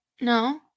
No